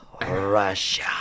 Russia